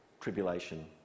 tribulation